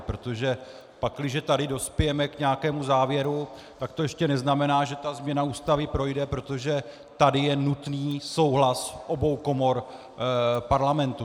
Protože pakli tady dospějeme k nějakému závěru, tak to ještě neznamená, že ta změna Ústavy projde, protože tady je nutný souhlas obou komor Parlamentu.